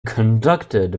conducted